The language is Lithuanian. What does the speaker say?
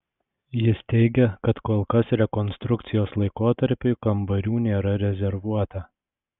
jis teigia kad kol kas rekonstrukcijos laikotarpiui kambarių nėra rezervuota